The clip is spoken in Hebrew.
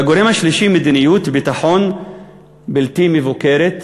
והגורם השלישי, מדיניות ביטחון בלתי מבוקרת,